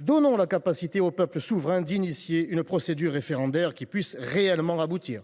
donnons la capacité au peuple souverain d’engager une procédure référendaire qui puisse réellement aboutir !